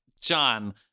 John